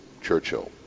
Churchill